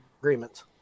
agreements